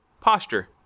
posture